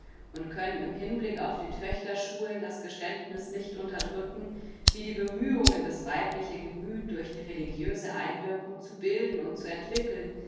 und können im hinblick auf die töchterschulen das geständniß nicht unterdrücken wie die bemühungen das weibliche gemüth durch die religiöse einwirkung zu bilden und zu entwickeln